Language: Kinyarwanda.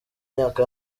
myaka